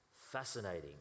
fascinating